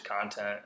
content